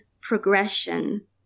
progression